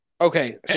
Okay